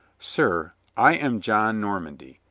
sir, i am john normandy,